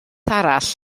arall